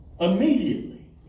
Immediately